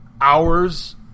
hours